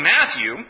Matthew